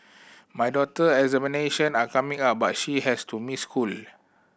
my daughter examination are coming up but she has to miss school